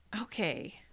Okay